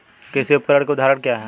कृषि उपकरण के उदाहरण क्या हैं?